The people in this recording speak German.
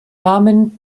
namen